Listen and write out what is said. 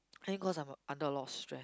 I think cause I'm under a lot of stress